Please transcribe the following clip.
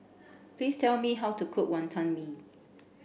please tell me how to cook Wantan Mee